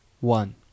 One